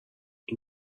این